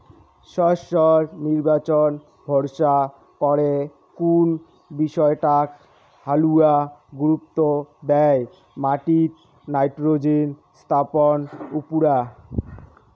শস্যর নির্বাচন ভরসা করে কুন বিষয়টাক হালুয়া গুরুত্ব দ্যায় মাটিত নাইট্রোজেন স্থাপন উপুরা